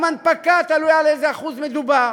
גם בהנפקה תלוי על איזה אחוז מדובר,